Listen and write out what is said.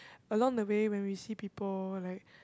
along the way when we see people like